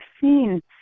seen